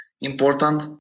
important